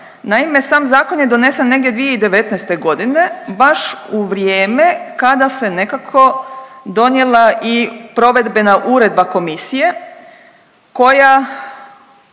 Naime sam zakon je donesen negdje 2019. godine baš u vrijeme kada se nekako donijela i provedbena uredba komisije koja